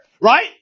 Right